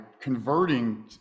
converting